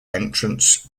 entrance